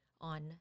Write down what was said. on